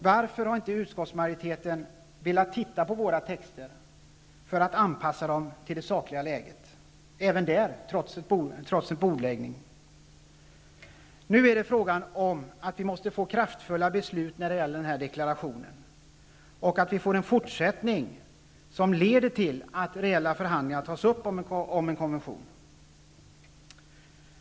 Varför har inte utskottsmajoriteten velat titta på våra texter för att anpassa sina egna till det sakliga läget? Även i detta fall har det förekommit en bordläggning. Vi måste nu få kraftfulla beslut när det gäller den här deklarationen, och vi måste få en fortsättning som leder till att reella förhandlingar om en konvention tas upp.